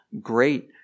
great